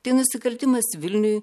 tai nusikaltimas vilniui